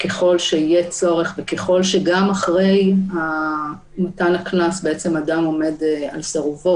שיהיה צורך וככל שגם אחרי מתן הקנס אדם עומד על סירובו,